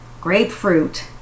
grapefruit